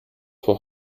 for